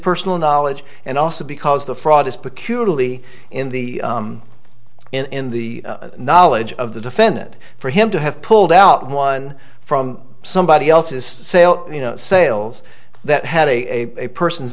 personal knowledge and also because the fraud is particularly in the in the knowledge of the defendant for him to have pulled out one from somebody else's sale you know sales that had a person's